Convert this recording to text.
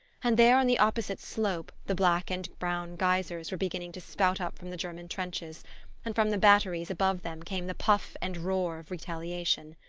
and there, on the opposite slope, the black and brown geysers were beginning to spout up from the german trenches and from the batteries above them came the puff and roar of retaliation.